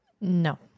No